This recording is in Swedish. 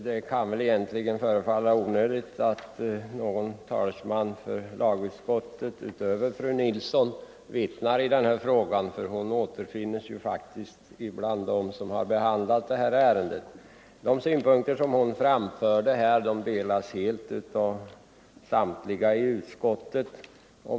Herr talman! Det kan förefalla onödigt att någon talesman för lagutskottet utöver fru Nilsson i Sunne vittnar i denna fråga — hon återfinns faktiskt bland dem som har behandlat detta ärende. De synpunkter fru Nilsson här framförde delas av samtliga i utskottet.